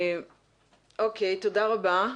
תודה רבה.